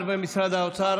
השר במשרד האוצר